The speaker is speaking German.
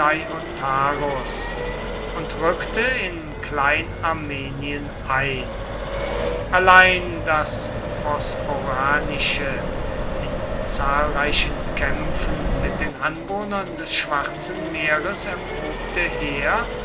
und rückte in klein armenien ein allein das bosporanische in zahlreichen kämpfen mit den anwohnern des schwarzen meeres erprobte heer